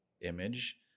image